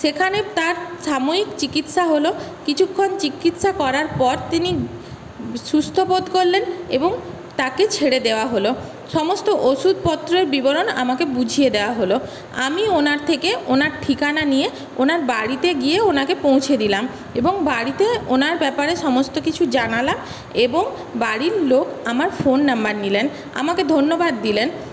সেখানে তার সাময়িক চিকিৎসা হলো কিছুক্ষণ চিকিৎসা করার পর তিনি সুস্থ্য বোধ করলেন এবং তাঁকে ছেড়ে দেওয়া হলো সমস্ত ওষুধপত্রের বিবরণ আমাকে বুঝিয়ে দেওয়া হলো আমি ওঁর থেকে ওঁর ঠিকানা নিয়ে ওঁর বাড়িতে গিয়ে ওঁকে পৌঁছে দিলাম এবং বাড়িতে ওঁর ব্যাপারে সমস্ত কিছু জানালাম এবং বাড়ির লোক আমার ফোন নম্বর নিলেন আমাকে ধন্যবাদ দিলেন